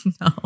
no